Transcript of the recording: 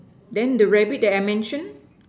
then the rabbit that I mention